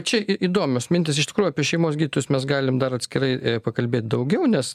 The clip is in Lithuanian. čia į įdomios mintys iš tikrų apie šeimos mes galim dar atskirai pakalbėt daugiau nes